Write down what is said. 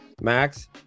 max